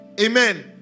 Amen